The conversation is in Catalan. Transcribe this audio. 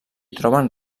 troben